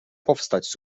powstać